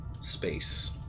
space